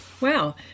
Wow